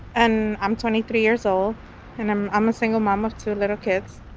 and i'm twenty three years old and i'm i'm a single mom of two little kids,